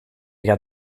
gaat